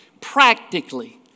Practically